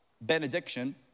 benediction